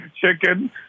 chicken